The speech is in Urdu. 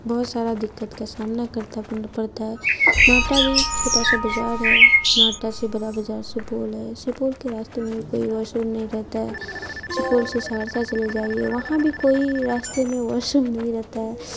بہت سارا دقت کا سامنا کرتا پڑتا ہے ناٹا بھی چھوٹا سا بازار ہے ناٹا سے بڑا بازار سپول ہے سپول کے راستے میں بھی کوئی واش روم نہیں رہتا ہے سپول سے سہرسہ چلے جائیے وہاں بھی کوئی راستے میں واش روم نہیں رہتا ہے